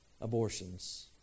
abortions